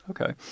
Okay